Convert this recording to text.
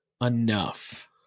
enough